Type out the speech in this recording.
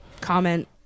comment